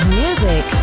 music